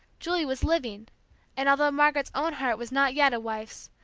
julie was living and although margaret's own heart was not yet a wife's,